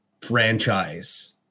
franchise